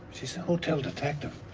she's the hotel detective.